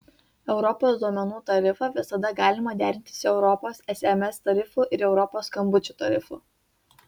europos duomenų tarifą visada galima derinti su europos sms tarifu ir europos skambučių tarifu